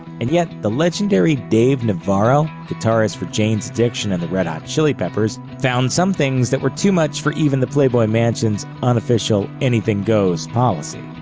and yet the legendary dave navarro, guitarist for jane's addiction and the red hot chili peppers, found some things that were too much for even the playboy mansion's unofficial anything goes policy.